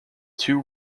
two